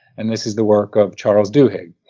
and this is the work of charles duhigg,